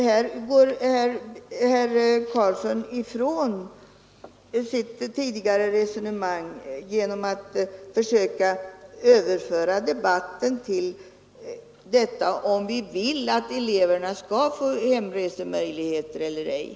Här går herr Carlsson ifrån frågan om resurserna genom att försöka överföra debatten till att gälla frågan om vi vill att eleverna skall få hemresemöjligheter eller ej.